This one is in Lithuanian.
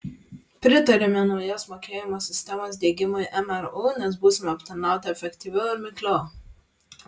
pritariame naujos mokėjimų sistemos diegimui mru nes būsime aptarnauti efektyviau ir mikliau